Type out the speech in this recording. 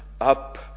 up